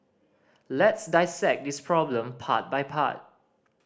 let's dissect this problem part by part